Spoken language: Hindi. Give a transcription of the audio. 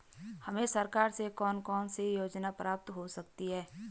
हमें सरकार से कौन कौनसी योजनाएँ प्राप्त हो सकती हैं?